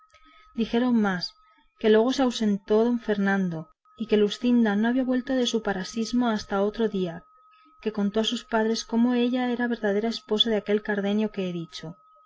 dijeron más que luego se ausentó don fernando y que luscinda no había vuelto de su parasismo hasta otro día que contó a sus padres cómo ella era verdadera esposa de aquel cardenio que he dicho